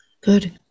Good